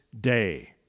day